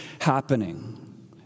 happening